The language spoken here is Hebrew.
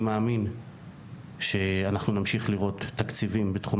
אנחנו משקיעים בבנות יותר ממה שמשקיעים באקדמיה לבנים,